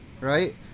right